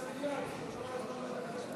אני קובעת כי הצעת